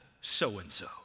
so-and-so